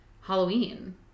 halloween